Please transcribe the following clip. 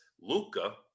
Luca